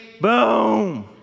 boom